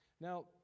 Now